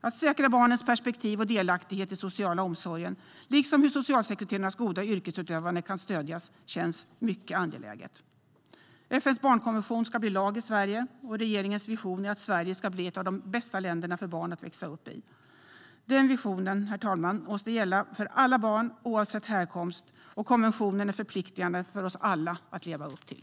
Att säkra barnens perspektiv och delaktighet i den sociala omsorgen, liksom hur socialsekreterarnas goda yrkesutövande kan stödjas, känns mycket angeläget. FN:s barnkonvention ska bli lag i Sverige. Regeringens vision är att Sverige ska bli ett av de bästa länderna för barn att växa upp i. Den visionen, herr talman, måste gälla för alla barn oavsett härkomst, och konventionen är förpliktande för oss alla att leva upp till.